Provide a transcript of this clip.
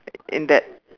and that